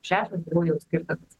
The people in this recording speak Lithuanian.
šešios yra jau skirtas